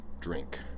drink